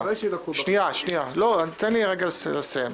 --- אחרי --- תן לי רגע לסיים.